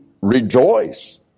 rejoice